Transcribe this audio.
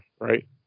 right